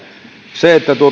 se että